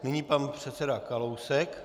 Nyní pan předseda Kalousek.